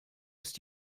ist